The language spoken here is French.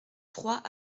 trois